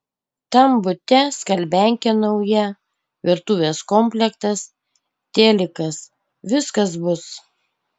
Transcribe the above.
tam bute skalbiankė nauja virtuvės komplektas telikas viskas bus